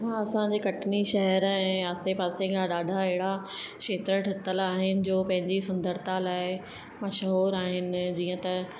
हा असांजे कटनी शहर ऐं आसे पासे खां ॾाढा अहिड़ा खेत्र ठहियलु आहिनि जो पंहिंजी सुंदरता लाइ मशहूरु आहिनि जीअं त